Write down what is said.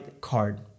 card